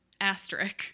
Asterisk